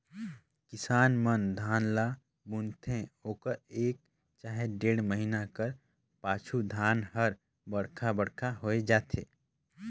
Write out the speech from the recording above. किसान मन धान ल बुनथे ओकर एक चहे डेढ़ महिना कर पाछू धान हर बड़खा बड़खा होए जाथे